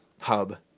hub